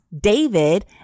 David